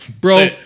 Bro